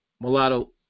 mulatto